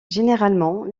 généralement